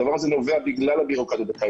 הדבר הזה נובע בגלל הבירוקרטיה.